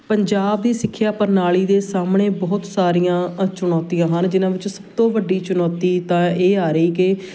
ਪੰਜਾਬ ਦੀ ਸਿੱਖਿਆ ਪ੍ਰਣਾਲੀ ਦੇ ਸਾਹਮਣੇ ਬਹੁਤ ਸਾਰੀਆਂ ਚੁਣੌਤੀਆਂ ਹਨ ਜਿੰਨਾਂ ਵਿੱਚ ਸਭ ਤੋਂ ਵੱਡੀ ਚੁਣੌਤੀ ਤਾਂ ਇਹ ਆ ਰਹੀ ਕਿ